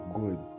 good